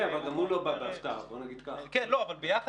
כן, אבל גם הוא לא בא בהפתעה.